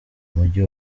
umujyi